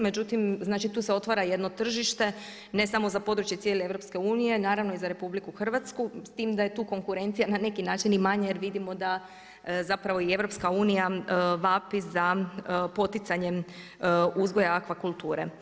Međutim, znači tu se otvara jedno tržište, ne samo za područje cijele EU, naravno i za RH, s time da je tu konkurencija na neki način i manja jer vidimo da zapravo i EU vapi za poticanjem uzgoja akvakulture.